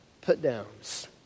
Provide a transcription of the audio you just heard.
put-downs